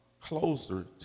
closer